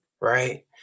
right